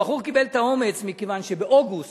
הבחור קיבל את האומץ מכיוון שבאוגוסט